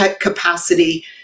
capacity